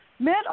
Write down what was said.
Men